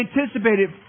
anticipated